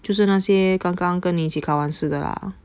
就是那些刚刚跟你一起考完试的啦